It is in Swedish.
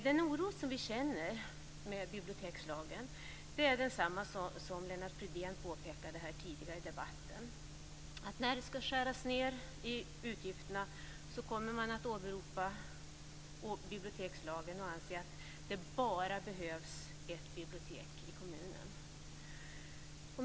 Den oro som vi känner på grund av bibliotekslagen beror, precis som Lennart Fridén påpekat tidigare i debatten, på att man när det ska skäras ned i utgifterna kommer att åberopa bibliotekslagen och anse att det behövs bara ett bibliotek i en kommun.